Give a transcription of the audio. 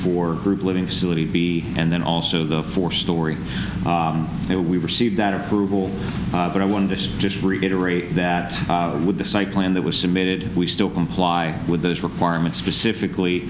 for group living facility b and then also the four story we received that approval but i wanted to just reiterate that with the site plan that was submitted we still comply with those requirements specifically